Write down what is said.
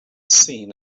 seen